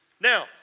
Now